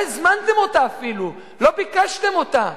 לא הזמנתם אותה אפילו, לא ביקשתם אותה.